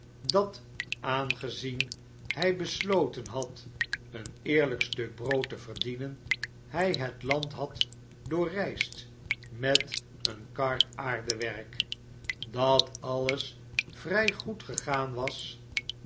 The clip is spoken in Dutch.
dat aangezien hij besloten had een eerlyk stuk brood te verdienen hy het land had doorreisd met een kar aardewerk dat alles vry goed gegaan was